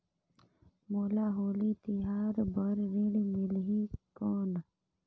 मोला होली तिहार बार ऋण मिलही कौन?